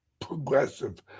progressive